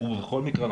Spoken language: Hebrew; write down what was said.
בכל מקרה,